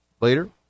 later